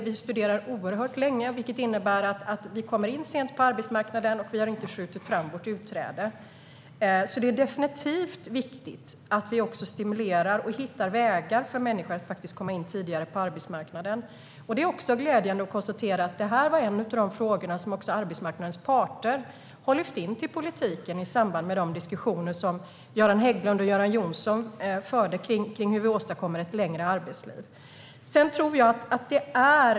Vi studerar mycket länge, vilket innebär att vi kommer in sent på arbetsmarknaden, och vi har inte skjutit fram vårt utträde. Det är definitivt viktigt att vi också stimulerar och hittar vägar för människor att komma in tidigare på arbetsmarknaden. Det är glädjande att konstatera att detta var en av de frågor som också arbetsmarknadens parter lyfte in i politiken i samband med de diskussioner som Göran Hägglund och Göran Johnsson förde kring hur vi ska åstadkomma ett längre arbetsliv.